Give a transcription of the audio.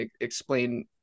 explain